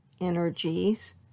energies